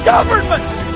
Governments